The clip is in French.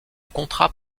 contrat